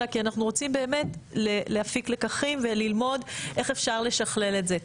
אלא כי אנחנו באמת רוצים להפיק לקחים וללמוד איך אפשר לשכלל את זה.